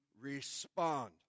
respond